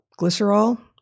glycerol